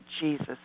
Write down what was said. Jesus